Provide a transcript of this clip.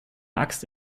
axt